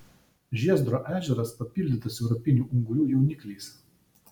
žiezdro ežeras papildytas europinių ungurių jaunikliais